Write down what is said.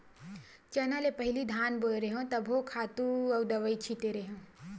चना ले पहिली धान बोय रेहेव तभो खातू अउ दवई छिते रेहेव